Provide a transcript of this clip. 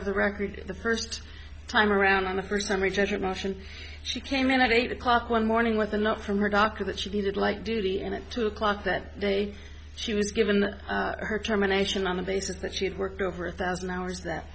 of the record the first time around on the first time we judge her motion she came in at eight o'clock one morning with a not from her doctor that she needed like duty and at two o'clock that day she was given her terminations on the basis that she had worked over a thousand hours that